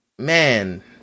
man